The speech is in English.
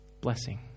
blessing